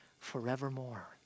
forevermore